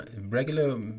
Regular